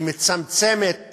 היא מצמצמת